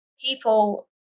people